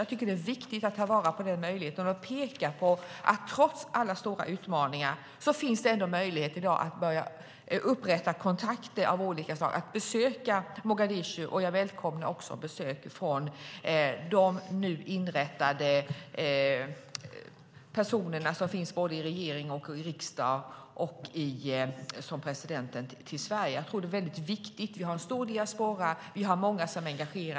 Jag tycker att det är viktigt att ta vara på denna möjlighet och att peka på att trots alla stora utmaningar finns det möjlighet i dag att börja upprätta kontakter av olika slag och att besöka Mogadishu. Jag välkomnar också besök från de nu inrättade personer som finns i regering och riksdag, och även presidenten, till Sverige. Det är viktigt. Vi har en stor diaspora, och vi har många som är engagerade.